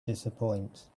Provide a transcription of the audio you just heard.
disappoint